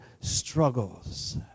struggles